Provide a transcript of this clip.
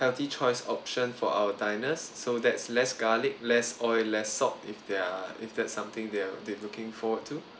healthy choice option for our diners so that's less garlic less oil less salt if they are if that's something that you are that you are looking forward to